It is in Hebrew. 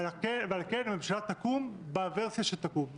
ולכן הממשלה תקום בוורסיה שתקום.